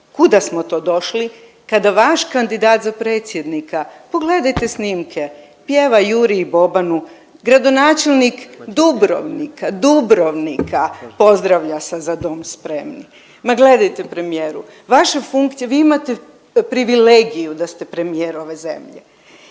kuda smo to došli kada vaš kandidat za predsjednika, pogledajte snimke, pjeva Juri i Bobanu, gradonačelnik Dubrovnika, Dubrovnika pozdravlja sa „za dom spremni“. Ma gledajte, premijeru, vaša funkcija, vi imate privilegiju da ste premijer ove zemlje